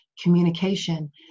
communication